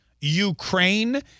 Ukraine